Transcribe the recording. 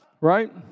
Right